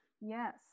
Yes